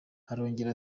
arongera